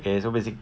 and so basically